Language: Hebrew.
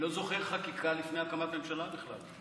אני לא זוכר חקיקה לפני הקמת ממשלה בכלל.